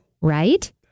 right